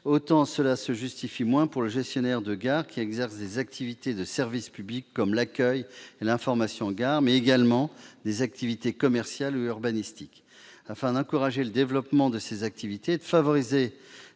autant cela se justifie moins pour le gestionnaire de gares qui exerce des activités de service public, comme l'accueil et l'information en gare, mais également des activités commerciales ou urbanistiques. Afin d'encourager le développement de ces activités et de favoriser